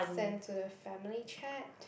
send to the family chat